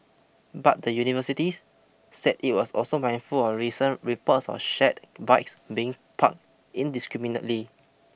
but the university said it was also mindful of recent reports of shared bikes being park indiscriminately